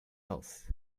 else